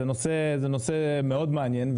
זה נושא מאוד מעניין,